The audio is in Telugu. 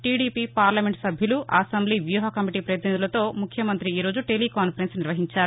టీడీపీ పార్లమెంట్ సభ్యులు అసెంబ్లీ వ్యూహ కమిటీ పతినిధులతో ముఖ్యమంతి ఈ రోజు టెలీకాన్పరెన్స్ నిర్వహించారు